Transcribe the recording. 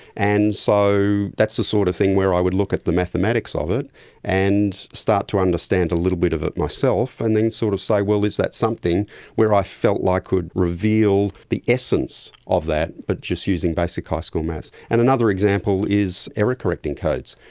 and so that's the sort of thing where i would look at the mathematics ah of it and start to understand a little bit of it myself, and then sort of say, well, is that something where i felt i like could reveal the essence of that but just using basic high ah school maths. and another example is error correcting codes.